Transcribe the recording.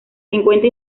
cincuenta